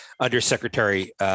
Undersecretary